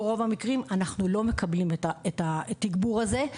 אנחנו לא מקבלים את התגבור הזה.